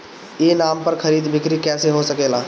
ई नाम पर खरीद बिक्री कैसे हो सकेला?